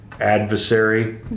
adversary